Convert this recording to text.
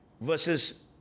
...versus